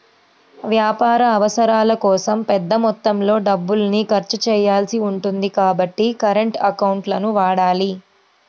వ్యాపార అవసరాల కోసం పెద్ద మొత్తంలో డబ్బుల్ని ఖర్చు చేయాల్సి ఉంటుంది కాబట్టి కరెంట్ అకౌంట్లను వాడాలి